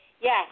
Yes